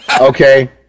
Okay